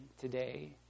today